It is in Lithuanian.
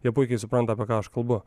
jie puikiai supranta apie ką aš kalbu